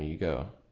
yeah go.